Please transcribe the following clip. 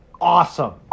awesome